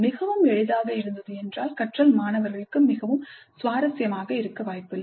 மிகவும் எளிதாக இருந்தது என்றால் கற்றல் மாணவர்களுக்கு மிகவும் சுவாரஸ்யமாக இருக்க வாய்ப்பில்லை